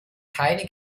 keine